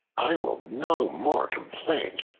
i will no more complain,